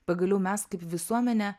pagaliau mes kaip visuomenė